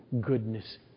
goodness